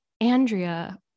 Andrea